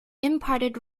imparted